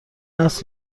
است